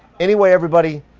anyway, everybody